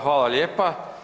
Hvala lijepa.